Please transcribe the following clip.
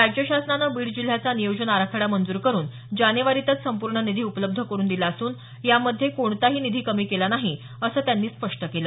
राज्य शासनाने बीड जिल्ह्याचा नियोजन आराखडा मंजूर करून जानेवारीतच संपूर्ण निधी उपलब्ध करून दिला असून यामध्ये कोणताही निधी कमी केला नाही असं त्यांनी स्पष्ट केलं